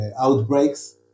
outbreaks